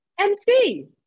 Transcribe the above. MC